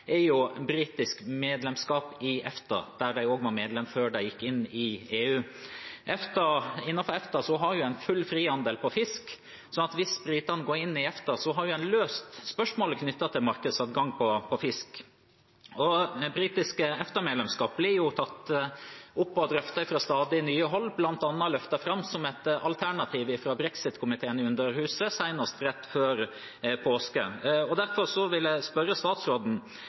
EFTA, der de var medlem før de gikk inn i EU. Innenfor EFTA har en full frihandel for fisk, slik at hvis britene går inn i EFTA, har en løst spørsmålet knyttet til markedsadgang for fisk. Britisk EFTA-medlemskap blir tatt opp og drøftet fra stadig nye hold, bl.a. ble det løftet fram som et alternativ av brexit-komiteen i Underhuset senest rett før påske. Derfor vil jeg spørre statsråden: